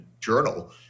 journal